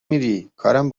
میری، کارم